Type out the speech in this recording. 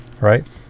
right